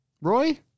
roy